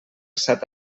set